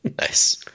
Nice